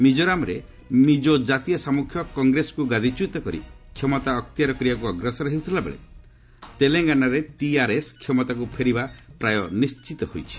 ମିଜୋରାମ୍ରେ ମିଜୋ କାତୀୟ ସାମ୍ରଖ୍ୟ କଂଗ୍ରେସକୁ ଗାଦିଚ୍ୟତ କରି କ୍ଷମତା ଅକ୍ତିଆର କରିବାକୁ ଅଗ୍ସର ହେଉଥିଲା ବେଳେ ତେଲେଙ୍ଗାନାରେ ଟିଆର୍ଏସ୍ କ୍ଷମତାକୁ ଫେରିବା ପ୍ରାୟ ନିଶ୍ଚିତ ହୋଇଛି